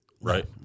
Right